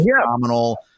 phenomenal